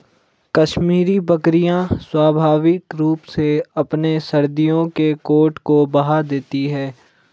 कश्मीरी बकरियां स्वाभाविक रूप से अपने सर्दियों के कोट को बहा देती है